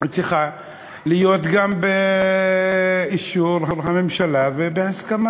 צריכה להיות גם באישור הממשלה ובהסכמה.